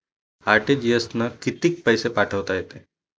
RTGS न कितीक पैसे पाठवता येते?